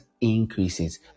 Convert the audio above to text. increases